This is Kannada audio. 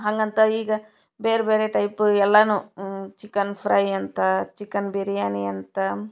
ಹಾಗಂತ ಈಗ ಬೇರೆ ಬೇರೆ ಟೈಪ್ ಎಲ್ಲಾ ಚಿಕನ್ ಫ್ರೈ ಅಂತ ಚಿಕನ್ ಬಿರ್ಯಾನಿ ಅಂತ